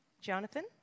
Jonathan